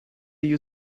you